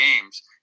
games